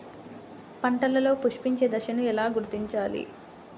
పంటలలో పుష్పించే దశను ఎలా గుర్తించాలి?